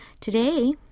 Today